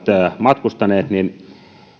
matkustaneet niin he